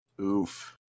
Oof